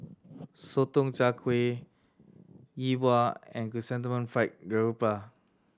Sotong Char Kway Yi Bua and Chrysanthemum Fried Garoupa